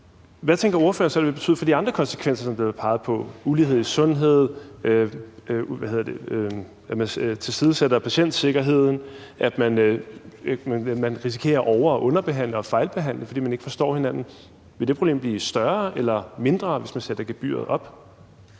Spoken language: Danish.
Hvad tænker ordføreren så det vil betyde for de andre konsekvenser, som der bliver peget på – ulighed i sundhed, at man tilsidesætter patientsikkerheden, og at man risikerer at over- og underbehandle og fejlbehandle, fordi man ikke forstår hinanden? Vil det problem blive større eller mindre, hvis man sætter gebyret op?